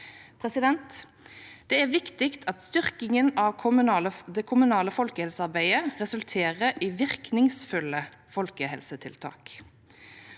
Det er viktig at styrkingen av det kommunale folkehelsearbeidet resulterer i virkningsfulle folkehelsetiltak.